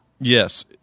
Yes